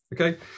Okay